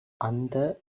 அந்த